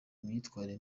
imyitwarire